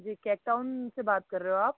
जी Cake Town से बात कर रहे हो आप